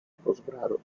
posgrado